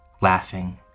laughing